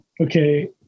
Okay